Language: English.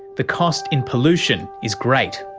the cost in pollution is great.